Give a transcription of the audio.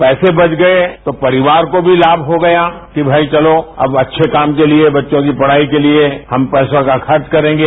पैसे बच गए तो परिवार को भी लाभ हो गया कि भई चलो अब अच्छे काम के लिए बच्चों की पढाई के लिए हम पैसों को खर्च करेंगे